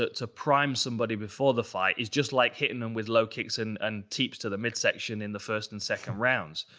ah to prime somebody before the fight is just like hitting him with low kicks and and teeps to the midsection in the first and second rounds.